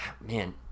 Man